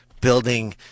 building